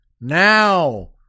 now